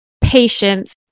patience